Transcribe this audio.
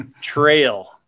trail